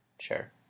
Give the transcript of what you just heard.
Sure